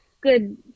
good